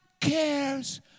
cares